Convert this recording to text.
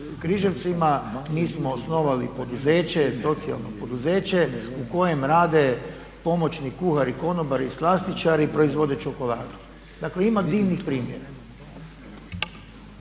Križevcima. Mi smo osnovali poduzeće, socijalno poduzeće u kojem rade pomoćni kuhari, konobari i slastičari i proizvode čokoladu. Dakle, ima divnih primjera.